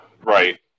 Right